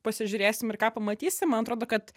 pasižiūrėsim ir ką pamatysim man atrodo kad